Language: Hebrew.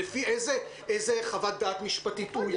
לפי איזו חוות דעת משפטית הוא יצא?